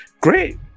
great